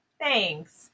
Thanks